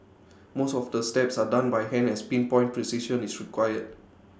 most of the steps are done by hand as pin point precision is required